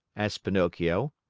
asked pinocchio.